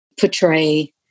portray